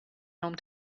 home